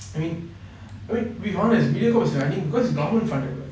I mean to be honest Mediacorp is running because government funded [what]